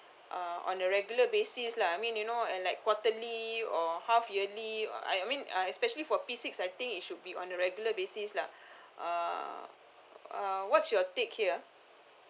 uh on a regular basis lah I mean you know and like quarterly or half yearly I mean I especially for P_six I think it should be on a regular basis lah uh uh what's your take here